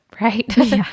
right